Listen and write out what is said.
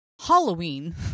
Halloween